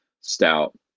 stout